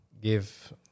give